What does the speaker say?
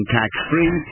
tax-free